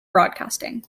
broadcasting